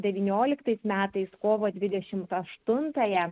devynioliktais metais kovo dvidešimt aštuntąją